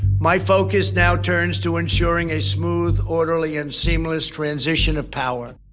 my focus now turns to ensuring a smooth, orderly, and seamless transition of power.